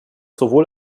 sowohl